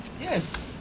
yes